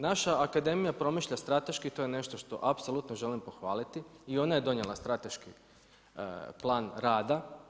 Naša Akademija promišlja strateški, to je nešto što apsolutno želim pohvaliti i ona je donijela strateški plan rada.